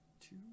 two